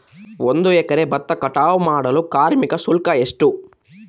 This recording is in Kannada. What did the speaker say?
ಒಂದು ಎಕರೆ ಭತ್ತ ಕಟಾವ್ ಮಾಡಲು ಕಾರ್ಮಿಕ ಶುಲ್ಕ ಎಷ್ಟು?